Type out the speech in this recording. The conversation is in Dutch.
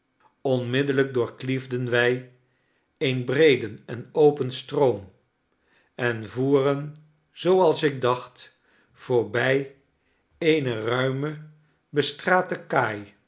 stilte onmiddellijkdoorkliefden wij een breeden en open stroom en voeren zooals ik dacht voorbij eene ruime bestrate kaai